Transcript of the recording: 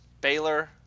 Baylor